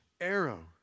arrow